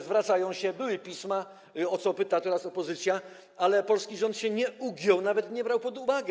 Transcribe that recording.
Zwracają się, były pisma - o to pyta teraz opozycja - ale polski rząd się nie ugiął, nawet nie brał tego pod uwagę.